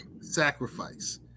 sacrifice